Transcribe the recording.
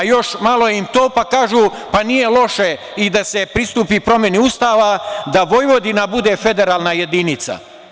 Pa, još malo i to pa kažu – pa nije loše i da se pristupi promeni Ustava, da Vojvodina bude federalna jedinica.